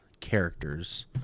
characters